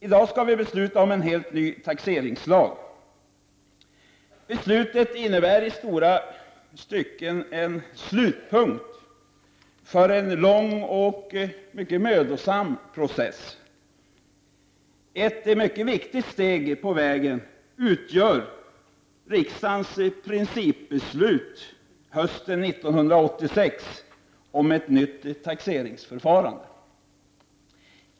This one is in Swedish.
I dag skall vi fatta beslut om en helt ny taxeringslag. Beslutet innebär i stora stycken en slutpunkt för en lång och mycket mödosam process. Ett mycket viktigt steg på vägen utgör riksdagens principbeslut hösten 1986 om ett nytt taxeringsförfarande.